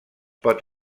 pot